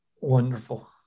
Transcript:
Wonderful